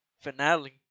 finale